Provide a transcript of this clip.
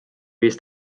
viis